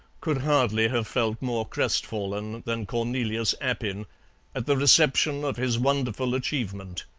could hardly have felt more crestfallen than cornelius appin at the reception of his wonderful achievement.